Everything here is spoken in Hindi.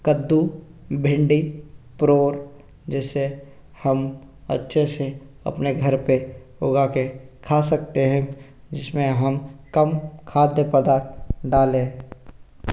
कद्दू भिंडी परोर जिससे हम अच्छे से अपने घर पे उगा के खा सकते हैं जिसमें हम कम खाद्य पदार्थ डाले